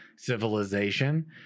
Civilization